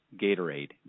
Gatorade